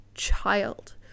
Child